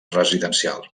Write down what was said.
residencial